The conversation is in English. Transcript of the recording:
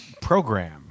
program